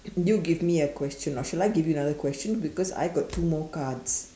you give me a question or shall I give you another question because I got two more cards